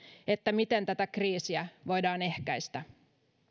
miten tätä kriisiä voidaan ehkäistä